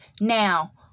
Now